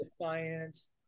Defiance